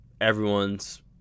everyone's